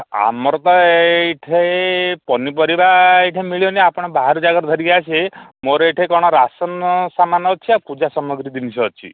ଆମର ତ ଏଇଠି ପନିପରିବା ଏଇଠି ମିଳିବନି ଆପଣ ବାହାର ଜାଗାରୁ ଧରିକି ଆସିବେ ମୋର ଏଇଠି କ'ଣ ରାସନ ସାମାନ ଅଛି ଆଉ ପୂଜା ସାମଗ୍ରୀ ଜିନିଷ ଅଛି